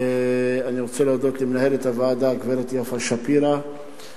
אני רוצה להודות למנהלת הוועדה הגברת יפה שפירא,